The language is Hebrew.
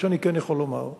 מה שאני כן יכול לומר,